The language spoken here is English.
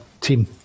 team